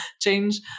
change